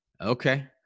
Okay